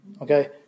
okay